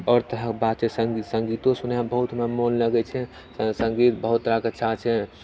आओर तरहके बात छै सङ्गीत सङ्गीतो सुनैमे बहुत हमरा मन लगैत छै तऽ सङ्गीत बहुत तरहके अच्छा छै